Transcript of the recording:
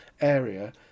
area